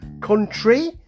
country